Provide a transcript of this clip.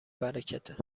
برکته